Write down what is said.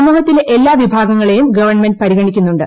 സമൂഹത്തിലെ എല്ലാ വിഭാഗങ്ങളെയും ഗവൺമെന്റ് പരിഗണിക്കുന്നുണ്ട്